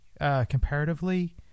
comparatively